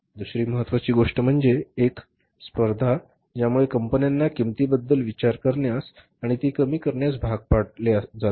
दुसरी महत्वाची गोष्ट म्हणजे एक स्पर्धा ज्यामुळे कंपन्यांना किंमतीबद्दल विचार करण्यास आणि ती कमी करण्यास भाग पाडले जाते